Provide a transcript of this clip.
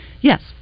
yes